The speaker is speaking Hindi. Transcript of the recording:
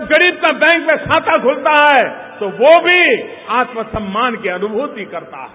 जब गरीब के बैंक में खाता खुलता है तो वह भी आत्मसम्मान की अनुमूति करता है